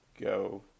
go